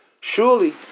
Surely